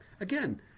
Again